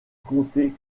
compté